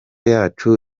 yacu